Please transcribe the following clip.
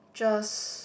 just